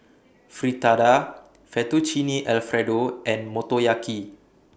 Fritada Fettuccine Alfredo and Motoyaki